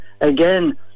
again